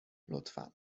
لطفا